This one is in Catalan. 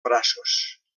braços